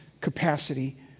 capacity